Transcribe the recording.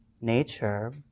nature